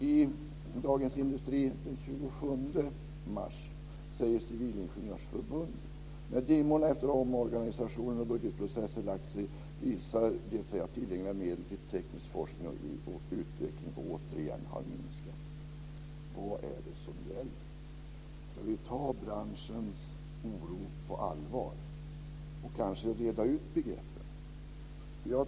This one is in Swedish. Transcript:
I Dagens Industri den 27 mars säger Civilingenjörsförbundet: "När dimmorna efter omorganisationer och budgetprocesser lagt sig, visar det sig att tillgängliga medel till teknisk forskning och utveckling återigen har minskat." Vad är det som gäller? Ska vi ta branschens oro på allvar och kanske reda ut begreppen?